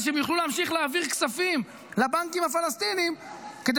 שהם יוכלו להמשיך להעביר כספים לבנקים הפלסטיניים כדי